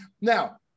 now